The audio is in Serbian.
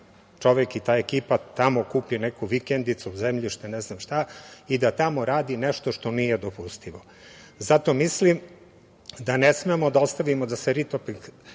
čovek i da ta ekipa tamo kupi neku vikendicu, zemljište, ne znam šta, i da tamo radi nešto što nije dopustivo. Zato mislim da ne smemo da ostavimo da se Ritopek